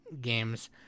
games